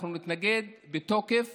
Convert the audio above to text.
אנחנו נתנגד בתוקף